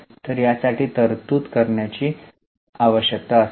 तर यासाठी तरतूद करण्याची आवश्यकता असेल